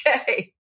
Okay